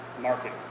market